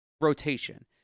rotation